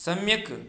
सम्यक्